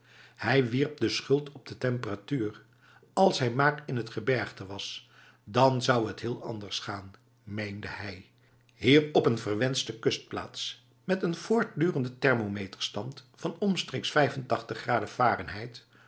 hij wierp de schuld op de temperatuur als hij maar in t gebergte was dan zou het heel anders gaan meende hij hier op zo'n verwenste kustplaats met een voortdurende thermometerstand van omstreeks graden